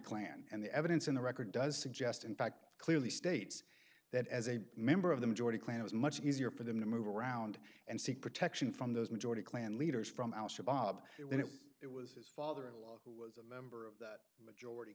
clan and the evidence in the record does suggest in fact clearly states that as a member of the majority clan it was much easier for them to move around and seek protection from those majority clan leaders from al shabaab if it was his father in law who was a member of the majority